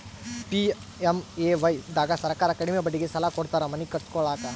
PMAY ದಾಗ ಸರ್ಕಾರ ಕಡಿಮಿ ಬಡ್ಡಿಗೆ ಸಾಲ ಕೊಡ್ತಾರ ಮನಿ ಕಟ್ಸ್ಕೊಲಾಕ